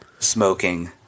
smoking